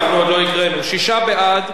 שישה בעד,